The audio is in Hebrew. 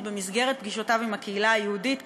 במסגרת פגישותיו עם הקהילה היהודית כשר,